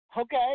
Okay